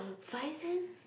five cents